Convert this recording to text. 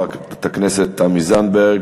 חברת הכנסת תמי זנדברג,